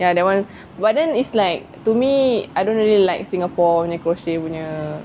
ya that [one] but then it's like to me I don't really like singapore punya crochet punya